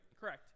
Correct